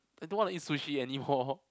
I don't want to eat sushi anymore